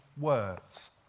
words